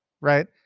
right